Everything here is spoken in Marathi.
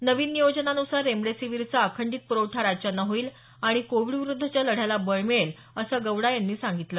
नवीन नियोजनान्सार रेमडेसीवीरचा अखंडित पुरवठा राज्यांना होईल आणि कोविडविरुद्धच्या लढ्याला बळ मिळेल असं गौडा यांनी सांगितलं